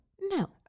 No